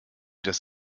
das